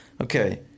Okay